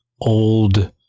old